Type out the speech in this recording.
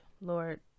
Lord